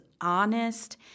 honest